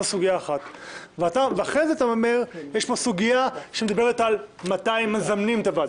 אתה אומר שיש סוגיה שמדברת על מתי מזמנים את הוועדה.